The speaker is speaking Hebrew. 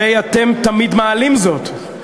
הרי אתם תמיד מעלים זאת,